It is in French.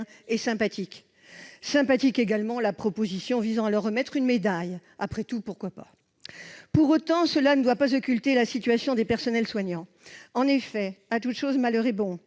est sympathique. Sympathique également la proposition visant à leur remettre une médaille. Après tout, pourquoi pas ? Pour autant, cela ne doit pas occulter la situation des personnels soignants. En effet, à toute chose malheur est bon,